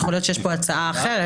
יכול להיות שיש פה הצעה אחרת,